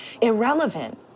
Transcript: irrelevant